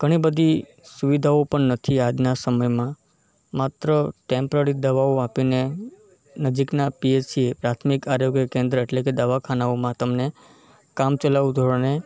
ઘણીબધી સુવિધાઓ પણ નથી આજના સમયમાં માત્ર ટૅમ્પરરી દવાઓ આપીને નજીકનાં પી એચ સી પ્રાથમિક આરોગ્ય કેન્દ્ર એટલે દવાખાનાઓમાં તમને કામચલાઉ ધોરણે